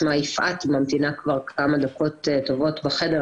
שמה יפעת והיא ממתינה כבר כמה דקות טובות בחדר,